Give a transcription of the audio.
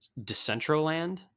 Decentraland